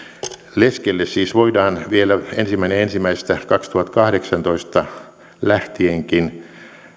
leskelle siis voidaan vielä ensimmäinen ensimmäistä kaksituhattakahdeksantoista lähtienkin